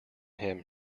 him